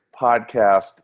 podcast